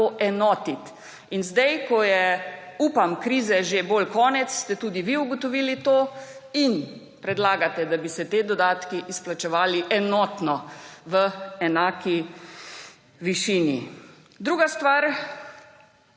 poenotiti. In zdaj, ko je, upam, krize že bolj konec, ste tudi vi to ugotovili in predlagate, da bi se ti dodatki izplačevali enotno, v enaki višini. Druga stvar,